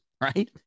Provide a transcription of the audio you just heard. right